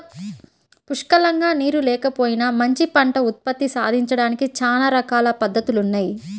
పుష్కలంగా నీరు లేకపోయినా మంచి పంట ఉత్పత్తి సాధించడానికి చానా రకాల పద్దతులున్నయ్